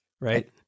Right